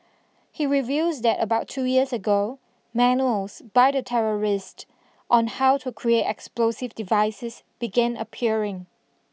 he reveals that about two years ago manuals by the terrorist on how to create explosive devices began appearing